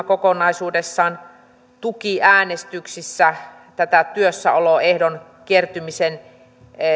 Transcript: kokonaisuudessaan tuki äänestyksissä tätä työssäoloehdon kertymisen